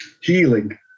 healing